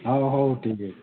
ହଉ ହଉ ଠିକ୍ ଅଛି